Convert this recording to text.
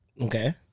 Okay